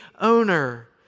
owner